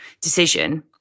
decision